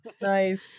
Nice